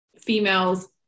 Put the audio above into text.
females